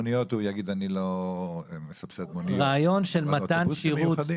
על מוניות הוא יגיד שהוא לא מסבסד מוניות רק אוטובוסים מיוחדים.